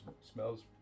smells